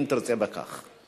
אם תרצה בכך.